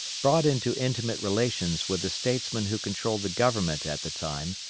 brought into intimate relations with the statesmen who controlled the government at the time,